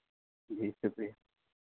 جی شکریہ